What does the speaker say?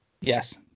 Yes